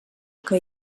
que